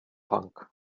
punk